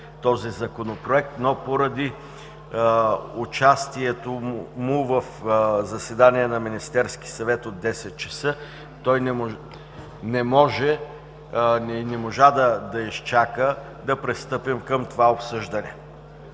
този Законопроект. Но поради участието му в заседание на Министерския съвет от 10,00 ч. той не можа да изчака да пристъпим към това обсъждане.